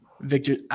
Victor